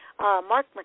Mark